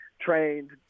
trained